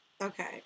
Okay